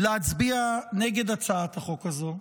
להצביע נגד הצעת החוק הזו,